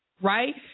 Right